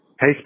Hey